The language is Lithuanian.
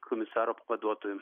komisaro pavaduotoju